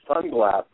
sunglasses